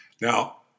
Now